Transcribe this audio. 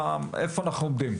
איפה אנחנו עומדים?